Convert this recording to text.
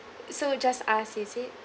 so just ask is it